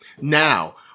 Now